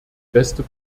beste